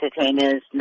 Entertainers